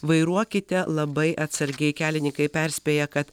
vairuokite labai atsargiai kelininkai perspėja kad